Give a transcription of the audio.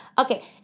Okay